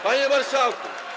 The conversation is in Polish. Panie Marszałku!